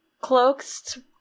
cloaks-